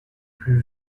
plus